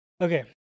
Okay